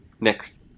next